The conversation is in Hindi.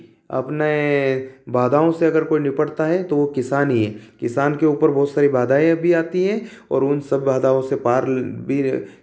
अपने बाधाओं से अगर कोई निपटता है तो वह किसान ही है किसान के ऊपर बहुत सारी बाधाएँ भी आती है और उन सब बाधाओं से पार भी रह